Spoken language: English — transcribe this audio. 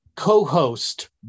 co-host